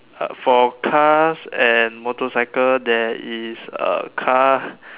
for cars and motorcycles there is a car